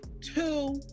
two